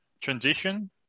transition